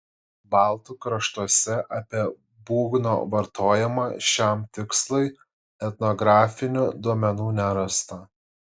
baltų kraštuose apie būgno vartojimą šiam tikslui etnografinių duomenų nerasta